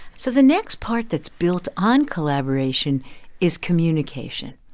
so the next part that's built on collaboration is communication.